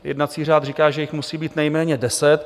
Jednací řád říká, že jich musí být nejméně 10.